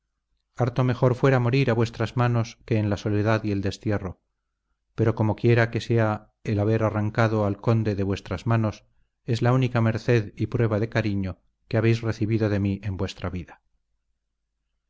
harto mejor fuera morir a vuestras manos que en la soledad y el destierro pero como quiera que sea el haber arrancado al conde de vuestras manos es la única merced y prueba de cariño que habéis recibido de mí en vuestra vida